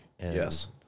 Yes